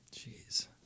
Jeez